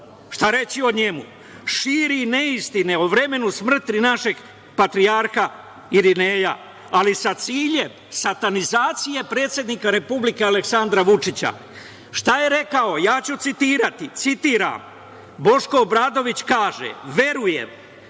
šta reći o njemu? Širi neistine o vremenu smrti našeg patrijarha Irineja, ali sa ciljem satanizacije predsednika Republike Aleksandra Vučića. Šta je rekao, ja ću citirati. Citiram, Boško Obradović kaže: „Verujem